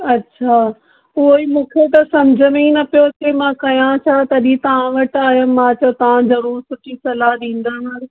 अछा उहोई मूंखे त समुझ में ई न पियो अचे मां कयां छा तॾहिं तव्हां वटि आयमि मां चयो तव्हां ज़रूरु सुठी सलाह ॾींदव